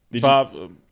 Bob